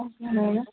okay madam